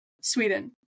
Sweden